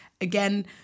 Again